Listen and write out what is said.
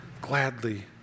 gladly